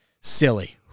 silly